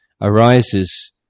arises